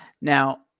Now